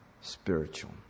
spiritual